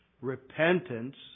repentance